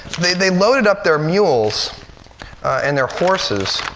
they they loaded up their mules and their horses.